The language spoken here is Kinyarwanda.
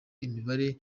imibare